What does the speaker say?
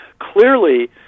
clearly